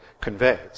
conveys